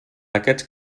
aquests